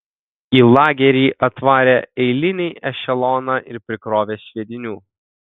į lagerį atvarė eilinį ešeloną ir prikrovė sviedinių